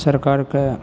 सरकारके